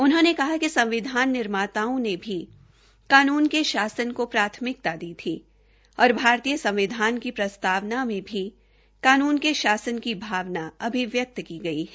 उन्होंने कहा कि संविधान निर्माताओं ने भी कानून के शासन को प्राथमिकता दी थी और भारतीय संविधान की प्रस्तावना में भी कानून के शासन की भावना अभिव्यक्त की गई है